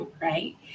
right